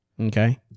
okay